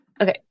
Okay